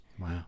Wow